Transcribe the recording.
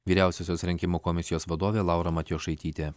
vyriausiosios rinkimų komisijos vadovė laura matjošaitytė